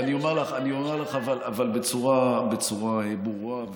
אני אומר לך בצורה ברורה,